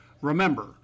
Remember